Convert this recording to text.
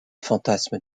fantasme